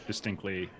Distinctly